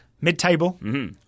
mid-table